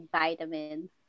vitamins